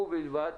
ובלבד